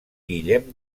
guillem